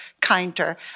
kinder